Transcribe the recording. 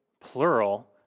plural